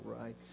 right